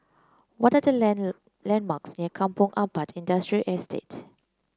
what are the landmarks near Kampong Ampat Industrial Estate